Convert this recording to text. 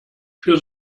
für